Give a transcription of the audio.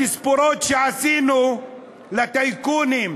התספורות שעשינו לטייקונים,